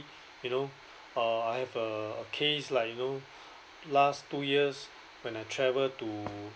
you know uh I have a a case like you know last two years when I travel to